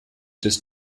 des